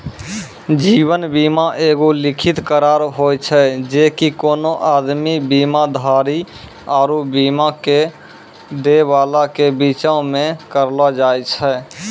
जीवन बीमा एगो लिखित करार होय छै जे कि कोनो आदमी, बीमाधारी आरु बीमा दै बाला के बीचो मे करलो जाय छै